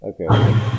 Okay